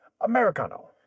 Americano